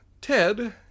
Ted